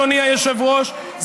אדוני היושב-ראש,